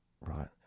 right